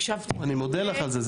הקשבתי לכם --- אני מודה לך על זה,